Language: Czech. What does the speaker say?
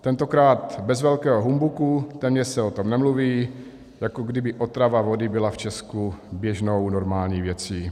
Tentokrát bez velkého humbuku, téměř se o tom nemluví, jako kdyby otrava vody byla v Česku běžnou, normální věcí.